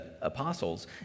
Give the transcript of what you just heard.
apostles